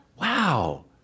Wow